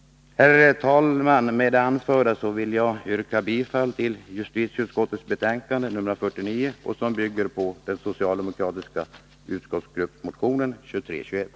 Herr talman! Med det anförda vill jag yrka bifall till justitieutskottets hemställan i betänkandet nr 49, som bygger på den socialdemokratiska utskottsgruppsmotionen 2321.